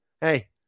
Hey